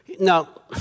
now